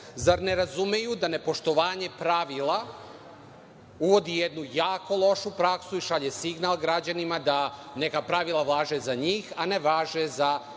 Zar ne razumeju da nepoštovanje pravila uvodi jednu jako lošu praksu i šalje signal građanima da neka pravila važe za njih, a ne važe za